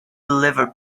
liver